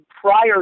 prior